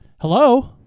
Hello